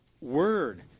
word